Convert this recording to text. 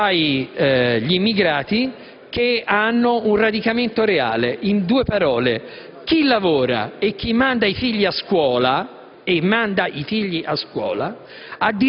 agli immigrati che hanno un radicamento reale. In due parole, chi lavora e chi manda i figli a scuola ha diritto di voto